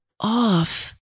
off